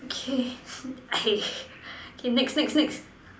K K K next next next